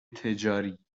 تجاری